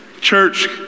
church